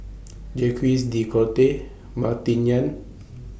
Jacques De Coutre Martin Yan